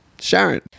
Sharon